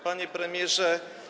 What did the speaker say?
Panie Premierze!